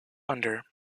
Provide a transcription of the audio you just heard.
under